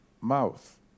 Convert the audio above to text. mouth